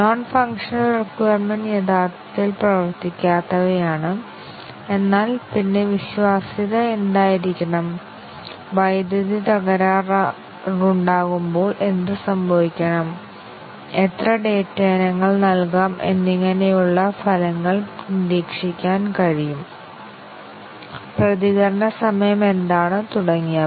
non functional requirement യഥാർത്ഥത്തിൽ പ്രവർത്തിക്കാത്തവയാണ് എന്നാൽ പിന്നെ വിശ്വാസ്യത എന്തായിരിക്കണം വൈദ്യുതി തകരാറുണ്ടാകുമ്പോൾ എന്ത് സംഭവിക്കണം എത്ര ഡാറ്റ ഇനങ്ങൾ നൽകാം എന്നിങ്ങനെയുള്ള ഫലങ്ങൾ നിരീക്ഷിക്കാൻ കഴിയും പ്രതികരണ സമയം എന്താണ് തുടങ്ങിയവ